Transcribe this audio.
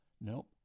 Nope